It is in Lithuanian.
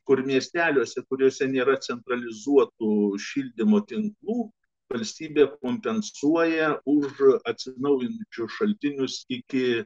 kur miesteliuose kuriuose nėra centralizuotų šildymo tinklų valstybė kompensuoja už atsinaujinančius šaltinius iki